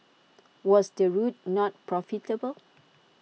was the route not profitable